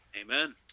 Amen